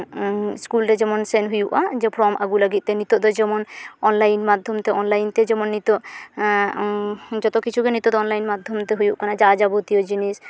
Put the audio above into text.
school ᱨᱮ ᱡᱮᱢᱚᱱ ᱥᱮᱱ ᱦᱩᱭᱩᱜᱼᱟ ᱡᱮ ᱯᱷᱨᱚᱢ ᱟᱹᱜᱩ ᱞᱟᱹᱜᱤᱫᱛᱮ ᱱᱤᱛᱚᱜ ᱫᱚ ᱡᱮᱢᱚᱱ ᱚᱱᱞᱟᱭᱤᱱ ᱢᱟᱫᱽᱫᱷᱚᱢᱛᱮ ᱚᱱᱞᱟᱭᱤᱱ ᱛᱮ ᱡᱮᱢᱚᱱ ᱱᱤᱛᱚᱜ ᱡᱚᱛᱚ ᱠᱤᱪᱷᱩᱜᱮ ᱱᱤᱛᱚᱜ ᱫᱚ ᱚᱱᱞᱟᱭᱤᱱ ᱢᱟᱫᱽᱫᱷᱚᱢᱛᱮ ᱦᱩᱭᱩᱜ ᱠᱟᱱᱟᱡᱟ ᱡᱟᱵᱚᱛᱤᱭᱚ ᱡᱤᱱᱤᱥ